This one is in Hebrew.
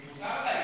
מותר לה?